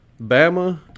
Bama